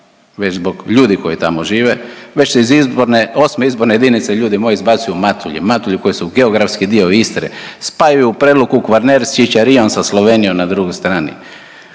već zbog ljudi koji tamo žive. Već se iz izborne, 8. izborne jedinice ljudi moji izbacuju Matulji. Matulji, koji su geografski dio Istre. Spajaju Prelog u Kvarner s Čičarijom sa Slovenijom na drugoj strani.